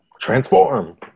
Transform